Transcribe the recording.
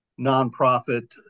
nonprofit